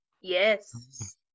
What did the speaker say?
yes